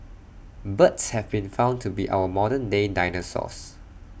birds have been found to be our modern day dinosaurs